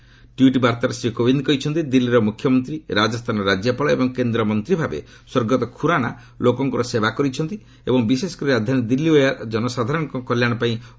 ଏକ ଟ୍ୱିଟ୍ ବାର୍ଭାରେ ଶ୍ରୀ କୋବିନ୍ଦ୍ କହିଛନ୍ତି ଦିଲ୍ଲୀର ମୁଖ୍ୟମନ୍ତ୍ରୀ ରାଜସ୍ଥାନର ରାଜ୍ୟପାଳ ଏବଂ କେନ୍ଦ୍ରମନ୍ତ୍ରୀ ଭାବେ ସ୍ୱର୍ଗତ ଖୁରାନା ଲୋକଙ୍କର ସେବା କରିଛନ୍ତି ଏବଂ ବିଶେଷକରି ରାଜଧାନୀ ଦିଲ୍ଲୀ ଓ ଏହାର ଜନସାଧାରଣଙ୍କ କଲ୍ୟାଣପାଇଁ ଅହର୍ନିଶ କାମ କରିଛନ୍ତି